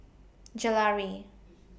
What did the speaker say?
Gelare